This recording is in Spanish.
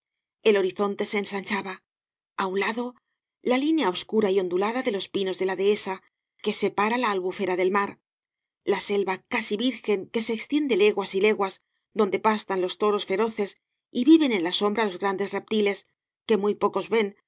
el horizonte se ensanchaba a un lado la línea obscura y ondulada de los pinos de la dehesa que separa la albufera del mar la selva casi virgen que se extiende leguas y leguas donde pastan los toros feroces y viven en la sombra los grandes reptiles que muy pocos ven